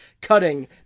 cutting